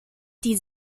die